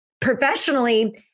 professionally